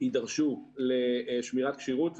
יידרשו לשמירת כשירות.